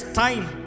time